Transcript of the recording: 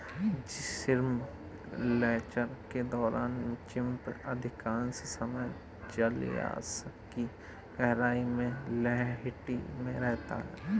shrimp कलचर के दौरान श्रिम्प अधिकांश समय जलायश की गहराई में तलहटी में रहता है